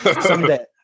Someday